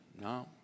No